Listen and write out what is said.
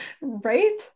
right